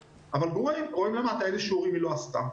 רואים למטה אילו שיעורים היא לא עשתה.